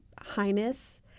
highness